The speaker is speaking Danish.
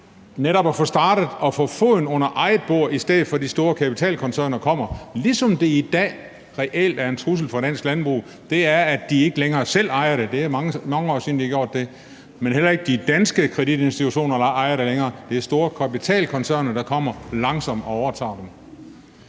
netop at få startet, så de kan få foden under eget bord, i stedet for at de store kapitalkoncerner kommer. På samme måde er det i dag en reel trussel mod dansk landbrug, at de ikke længere selv ejer det, og det er mange år siden, de har gjort det. Men heller ikke de danske kreditinstitutter er ejere længere, for det er store kapitalkoncerner, der kommer og overtager dem